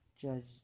Judge